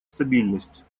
стабильность